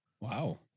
Wow